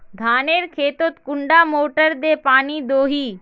धानेर खेतोत कुंडा मोटर दे पानी दोही?